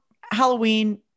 Halloween